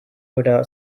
without